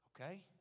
Okay